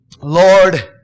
Lord